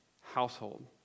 household